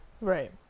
Right